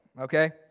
okay